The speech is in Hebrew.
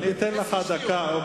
אתן לך דקה.